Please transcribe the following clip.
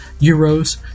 euros